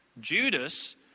Judas